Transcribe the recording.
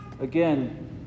Again